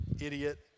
idiot